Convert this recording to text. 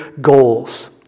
goals